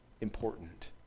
important